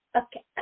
Okay